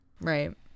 right